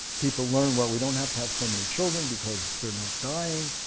people learn, well we don't have to have so many children because they're not dying,